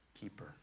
keeper